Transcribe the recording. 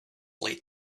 late